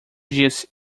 disse